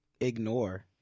ignore